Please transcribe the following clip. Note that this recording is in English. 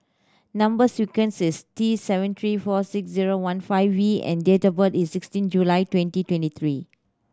number sequence is T seven three four six zero one five V and date of birth is sixteen July twenty twenty three